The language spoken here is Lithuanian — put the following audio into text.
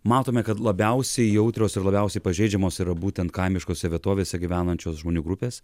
matome kad labiausiai jautrios ir labiausiai pažeidžiamos yra būtent kaimiškose vietovėse gyvenančios žmonių grupės